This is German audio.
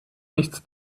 nichts